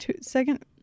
Second